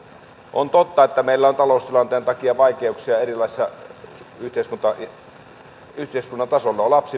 on totta että meillä on taloustilanteen takia vaikeuksia yhteiskunnan eri tasoilla